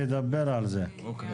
רגע,